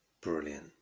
Brilliant